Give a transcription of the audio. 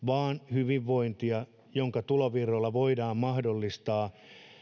vaan hyvinvointia jonka tulovirroilla voidaan mahdollistaa